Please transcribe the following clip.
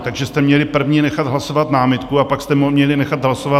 Takže jste měli první nechat hlasovat námitku a pak jste měli nechat hlasovat...